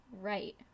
right